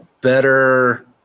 better